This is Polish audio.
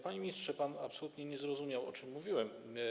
Panie ministrze, pan absolutnie nie zrozumiał, o czym mówiłem.